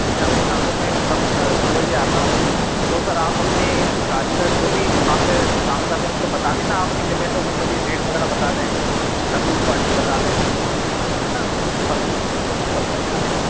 मिल जाओगे ना तो मैं कल सर दो बजे आता हूँ तो सर आप अपने कारीगर जो भी दुकान पर जैसे काम कर रहे हों उनको बता देना आप नहीं मिल रहे तो वो मुझे रेट वग़ैरह बता दें लकड़ी की क्वालटी बता दें है ना तो कल सर तो कल सर मैं आता हूँ